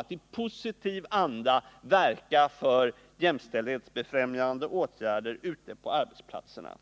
att i positiv anda verka för jämställdhetsbefrämjande åtgärder ute på arbetsplatserna.